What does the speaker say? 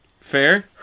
Fair